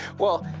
well,